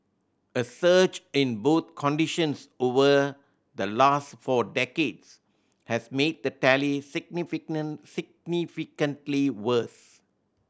a surge in both conditions over the last four decades has made the tally significantly worse